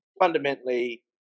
Fundamentally